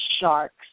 sharks